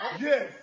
Yes